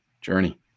journey